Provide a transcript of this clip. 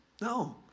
No